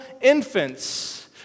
infants